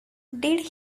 did